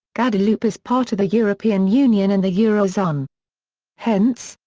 guadeloupe is part of the european union and the eurozone hence,